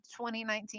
2019